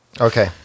Okay